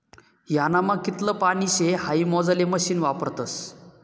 ह्यानामा कितलं पानी शे हाई मोजाले मशीन वापरतस